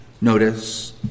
notice